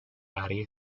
adi